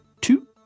Two